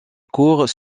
cours